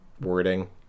wording